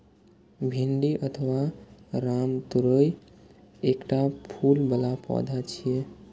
भिंडी अथवा रामतोरइ एकटा फूल बला पौधा छियै